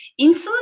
Insulin